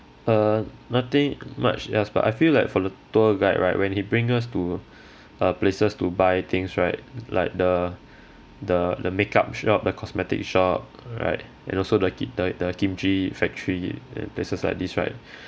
err nothing much yes but I feel like for the tour guide right when he bring us to uh places to buy things right like the the the makeup shop the cosmetic shop right and also the ki~ the the kimchi factory and places like this right